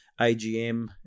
AGM